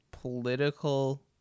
political